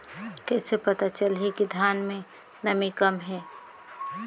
कइसे पता चलही कि धान मे नमी कम हे?